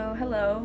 hello